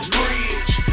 Bridge